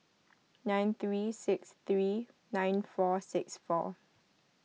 nine three six three nine four six four